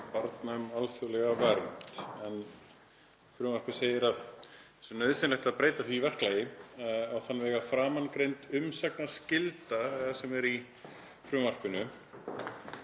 barna um alþjóðlega vernd. Frumvarpið segir að nauðsynlegt sé að breyta því verklagi á þann veg að framangreind umsagnarskylda, sem er í frumvarpinu,